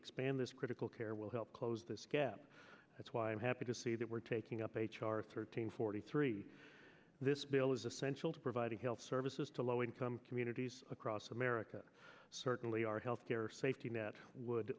expand this critical care will help close this gap that's why i'm happy to see that we're taking up thirteen forty three this bill is essential to provide health services to low income communities across america certainly our health care safety net would